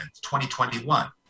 2021